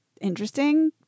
interesting